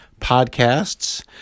podcasts